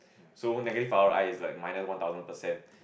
so negative R_O_I is like minus one thousand percent